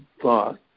thought